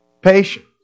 patience